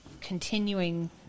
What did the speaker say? continuing